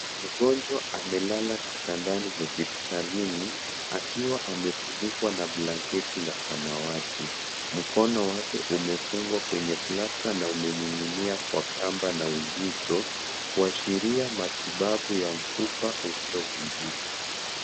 Mgonjwa amelala kitandani hospitalini, akiwa amefunikwa na blanketi la samawati. Mkono wake umefungwa kwenye plaster na umening'inia kwa kamba na uzito, kuashiria matibabu ya mfupa uliovunjika.